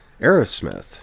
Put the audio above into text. Aerosmith